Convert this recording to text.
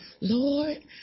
Lord